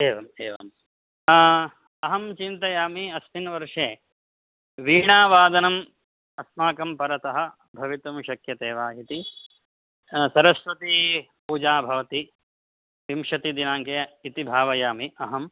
एवम् एवम् अहं चिन्तयामि अस्मिन् वर्षे वीणावादनम् अस्माकं परतः भवितुं शक्यते वा इति सरस्वतीपूजा भवति विंशतिदिनाङ्के इति भावयामि अहम्